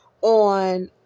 on